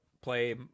play